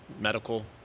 medical